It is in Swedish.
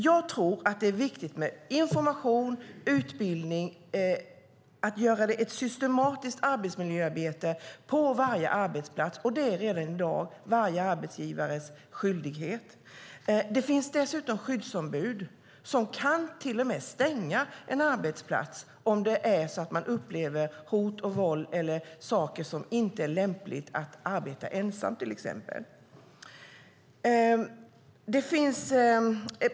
Jag tror att det är viktigt med information, utbildning och att göra ett systematiskt arbetsmiljöarbete på varje arbetsplats. Det är redan i dag varje arbetsgivares skyldighet. Det finns dessutom skyddsombud som till och med kan stänga en arbetsplats om det är så att man upplever hot och våld eller saker som inte är lämpliga, att arbeta ensam till exempel.